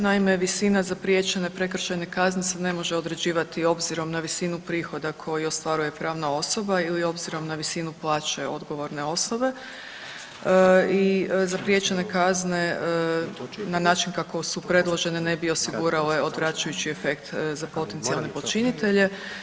Naime, visina zapriječene prekršajne kazne se ne može određivati obzirom na visinu prihoda koji ostvaruje pravna osoba ili obzirom na visinu plaće odgovorne osobe i zapriječene kazne na način kako su predložene ne bi osigurale odvraćajući efekt za potencijalne počinitelje.